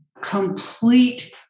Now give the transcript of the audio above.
complete